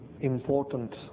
important